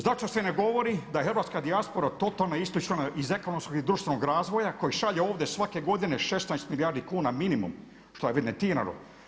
Zašto se ne govori da je hrvatska dijaspora totalno isključena iz ekonomskog i društvenog razvoja koji šalje ovdje svake godine 16 milijardi kuna minimum što je evidentirano.